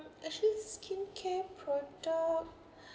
actually skincare product